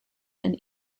and